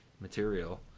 material